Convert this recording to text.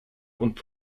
und